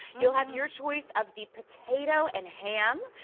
you'll have your choice of the potato and ham,